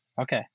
Okay